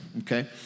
okay